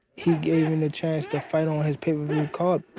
he gave me the chance to fight on his pay-per-view card.